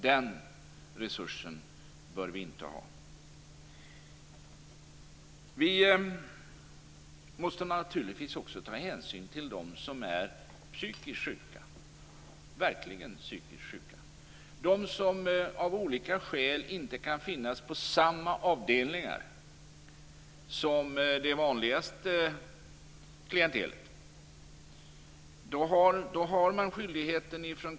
Den resursen bör vi inte ha. Man måste naturligtvis också ta hänsyn till dem som verkligen är psykiskt sjuka och av olika skäl inte kan finnas på samma avdelningar som det vanligaste klientelet.